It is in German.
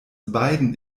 beiden